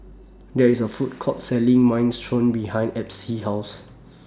There IS A Food Court Selling Minestrone behind Epsie's House